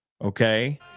okay